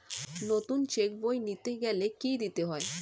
নতুন চেক বই নিতে গেলে ফি দিতে হয়